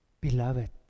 Beloved